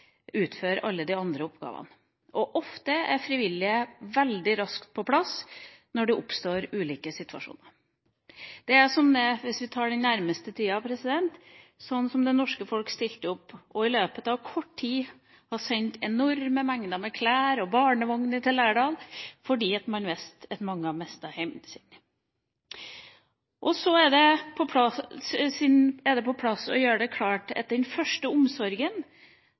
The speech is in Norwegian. utfører alle de andre oppgavene. Ofte er frivillige veldig raskt på plass når det oppstår ulike situasjoner. Et eksempel fra den siste tiden er hvordan det norske folk stilte opp og i løpet av kort tid sendte enorme mengder med klær og barnevogner til Lærdal, fordi man visste at mange hadde mistet hjemmet sitt. Det er også på sin plass å gjøre det klart at den første omsorgen